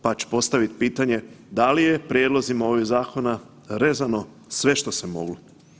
Pa ću postaviti pitanje, da li je prijedlozima ovih zakona rezano sve što se moglo?